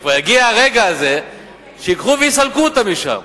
כדי שכבר יגיע הרגע הזה שייקחו ויסלקו אותם משם.